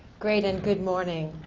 great, and good morning.